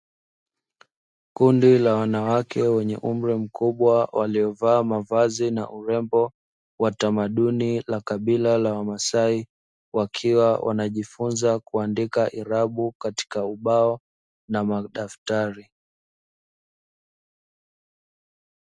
Kundi la wanawake wenye umri mkubwa waliovaa mavazi na urembo wa tamaduni wa kabila la wamasai, wakiwa wanajifunza kuandika irabu katika ubao na madaftari.